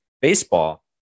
Baseball